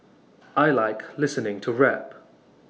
I Like listening to rap